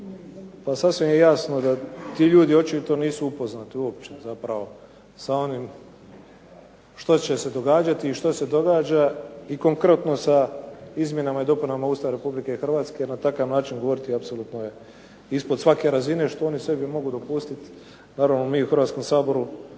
Pa sasvim je jasno da ti ljudi očito nisu upoznati uopće zapravo sa onim što će se događati i što se događa i konkretno sa izmjenama i dopunama Ustava Republike Hrvatske, na takav način govoriti apsolutno je ispod svake razine što oni sebi mogu dopustiti, naravno mi u Hrvatskom saboru